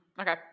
okay